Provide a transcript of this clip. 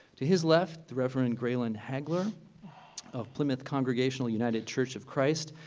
to his left the reverend graylan hagler of plymouth congregational united church of christ.